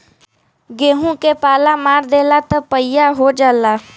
गेंहू के पाला मार देला त पइया हो जाला